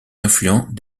influents